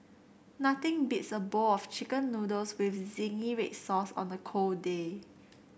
nothing beats a bowl of chicken noodles with zingy red sauce on a cold day